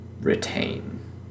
retain